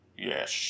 Yes